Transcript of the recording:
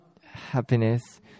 happiness